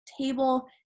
table